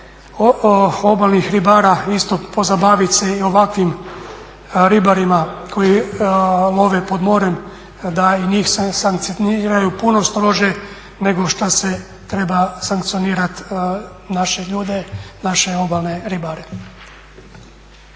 obalnih ribara isto pozabavit se i ovakvim ribarima koji love pod morem da i njih sankcioniraju puno strože nego šta se treba sankcionirati naše ljude, naše obalne ribare.